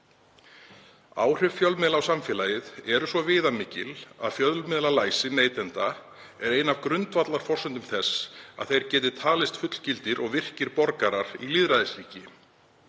Áhrif fjölmiðla á samfélagið eru svo viðamikil að fjölmiðlalæsi neytenda er ein af grundvallarforsendum þess að þeir geti talist fullgildir og virkir borgarar í lýðræðisríki.